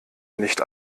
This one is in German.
nicht